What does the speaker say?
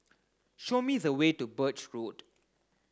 show me the way to Birch Road